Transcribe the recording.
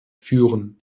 führen